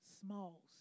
Small